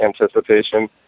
anticipation